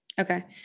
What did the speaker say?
Okay